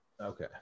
Okay